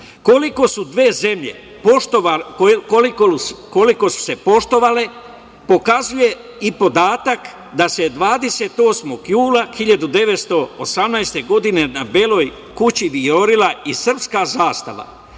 dana. Koliko su se poštovale pokazuje i podatak da se 28. jula 1918. godine na Beloj kući vijorila i srpska zastava.